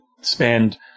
spend